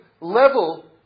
level